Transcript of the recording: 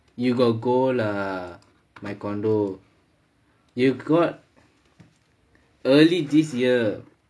you got go lah my condominium you got early this year